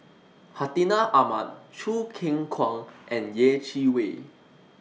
Hartinah Ahmad Choo Keng Kwang and Yeh Chi Wei